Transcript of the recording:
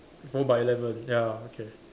four by eleven ya okay